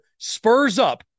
SPURSUP